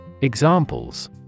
Examples